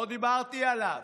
לא דיברתי עליו.